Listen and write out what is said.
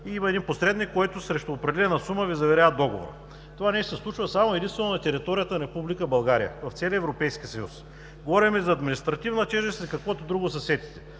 има един посредник, който срещу определена сума Ви заверява договора. Това нещо се случва само и единствено на територията на Република България от целия Европейски съюз. Говорим за административна тежест и каквото друго се сетите.